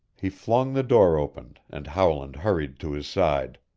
he flung the door open and howland hurried to his side.